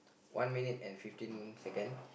one minute and fifteen second